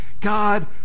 God